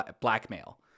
blackmail